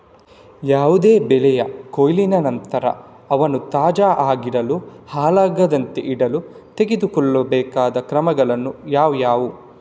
ಯಾವುದೇ ಬೆಳೆಯ ಕೊಯ್ಲಿನ ನಂತರ ಅವನ್ನು ತಾಜಾ ಆಗಿಡಲು, ಹಾಳಾಗದಂತೆ ಇಡಲು ತೆಗೆದುಕೊಳ್ಳಬೇಕಾದ ಕ್ರಮಗಳು ಯಾವುವು?